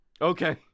Okay